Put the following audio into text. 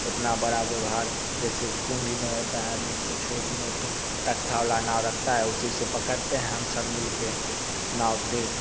उतना बड़ा व्यवहार जैसे पूंजी में होता है नहीं तो छोट मोट तख्ता वाला नाव रखता है उसी से पकड़ते हैं हम सब मिल कर नाव से